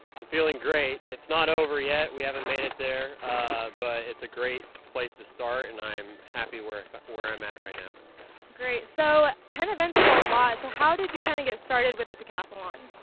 i'm feeling great. it's not over yet. we haven't made it there. but it's a great place to start. and i'm happy where where i'm at right now. jenny great. so ten events is a lot. how did you kind of get started with the decathlon?